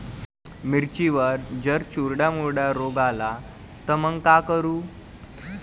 मिर्चीवर जर चुर्डा मुर्डा रोग आला त मंग का करू?